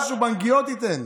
משהו בנגיעות תיתן.